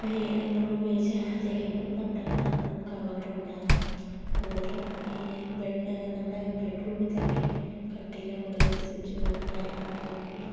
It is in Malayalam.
കൈ നമ്മൾ ഉപയോഗിച്ച് തേക്കുമ്പോൾ നമ്മുടെ നമുക്ക് അപകടം ഉണ്ടാകാം കൂടുതലും ഈ ബെഡ് നമ്മുടെ ബെഡ് റൂമിൽ തന്നെ കട്ടിലിൻ്റെ മുകളിൽ സ്വിച്ച് ബോർഡും കാര്യങ്ങളൊക്കെ ഉണ്ടെങ്കിൽ